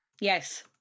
Yes